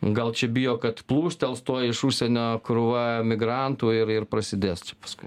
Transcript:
gal čia bijo kad plūstels tuoj iš užsienio krūva migrantų ir ir prasidės čia paskui